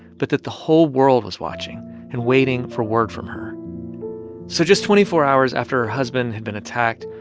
but that the whole world was watching and waiting for word from her so just twenty four hours after her husband had been attacked,